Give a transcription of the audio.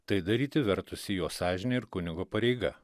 tai daryti vertusi jo sąžinė ir kunigo pareiga